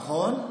נכון.